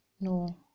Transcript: No